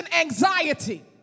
anxiety